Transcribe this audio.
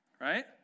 right